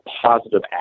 positive